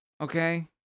Okay